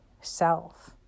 self